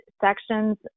sections